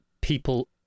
people